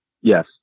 Yes